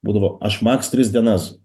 būdavo aš max tris dienas